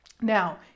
Now